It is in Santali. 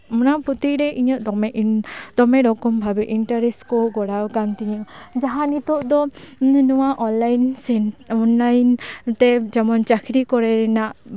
ᱚᱱᱟ ᱯᱨᱚᱛᱤᱨᱮ ᱤᱧᱟᱹᱜ ᱫᱚᱢᱮ ᱫᱚᱢᱮ ᱨᱚᱠᱚᱢ ᱵᱷᱟᱵᱮ ᱤᱱᱴᱟᱨᱮᱥᱴ ᱠᱚ ᱜᱚᱲᱟᱣ ᱠᱟᱱ ᱛᱤᱧᱟᱹ ᱡᱟᱦᱟᱸ ᱱᱤᱛᱚᱜ ᱫᱚ ᱱᱚᱣᱟ ᱚᱱᱞᱟᱭᱤᱱ ᱥᱮᱱ ᱚᱱᱞᱟᱭᱤᱱ ᱛᱮ ᱡᱮᱢᱚᱱ ᱪᱟᱹᱠᱨᱤ ᱠᱚᱨᱮ ᱨᱮᱱᱟᱜ